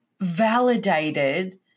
validated